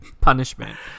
punishment